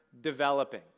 developing